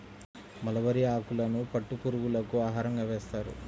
mulberry ఆకులను పట్టు పురుగులకు ఆహారంగా వేస్తారు